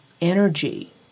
energy